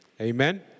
amen